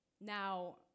Now